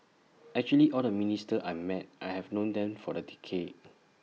actually all the ministers I met I have known them for A decade